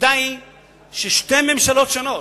עובדה היא ששתי ממשלות שונות,